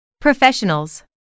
Professionals